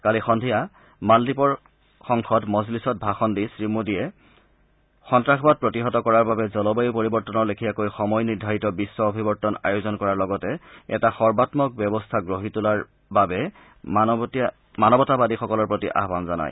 কালি সদ্ধিয়া মালদ্বীপৰ সংসদ মজলিছত ভাষণ দি শ্ৰী মোদীয়ে সন্ত্ৰাসবাদ প্ৰতিহত কৰাৰ বাবে জলবায়ু পৰিৱৰ্তনৰ লেখীয়াকৈ সময় নিৰ্ধাৰিত বিশ্ব অভিৱৰ্তন আয়োজন কৰাৰ লগতে এটা সৰ্বাঘক ব্যৱস্থা গঢ়ি তোলাৰ বাবে মানৱতাবাদীসকলৰ প্ৰতি আহান জনায়